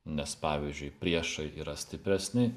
nes pavyzdžiui priešai yra stipresni